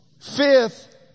Fifth